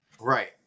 Right